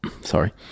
sorry